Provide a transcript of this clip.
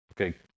Okay